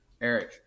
Eric